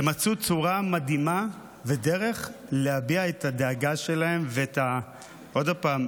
הם מצאו צורה מדהימה ודרך להביע את הדאגה שלהם ועוד פעם,